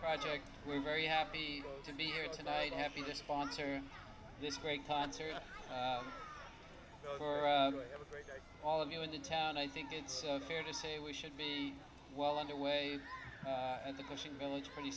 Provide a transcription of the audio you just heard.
project we're very happy to be here tonight happy to sponsor this great concert ever very very all of you in the town i think it's fair to say we should be well underway at the cushing village pretty